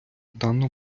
дану